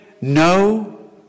no